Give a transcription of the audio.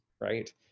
right